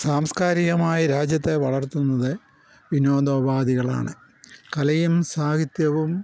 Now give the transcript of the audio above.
സാംസ്കാരികമായി രാജ്യത്തെ വളർത്തുന്നത് വിനോദ ഉപാധികളാണ് കലയും സാഹിത്യവും